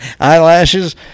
Eyelashes